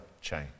change